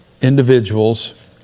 individuals